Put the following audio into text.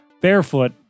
barefoot